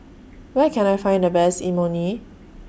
Where Can I Find The Best Imoni